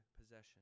possession